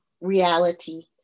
reality